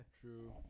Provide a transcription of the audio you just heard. true